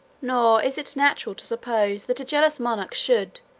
nor is it natural to suppose that a jealous monarch should,